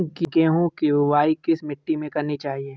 गेहूँ की बुवाई किस मिट्टी में करनी चाहिए?